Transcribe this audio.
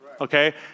okay